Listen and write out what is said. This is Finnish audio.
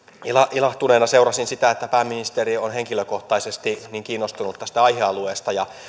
ilahtuneena seurasin sitä että pääministeri on henkilökohtaisesti niin kiinnostunut tästä aihealueesta ja